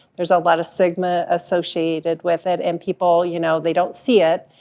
there's a lot of stigma associated with it, and people, you know, they don't see it,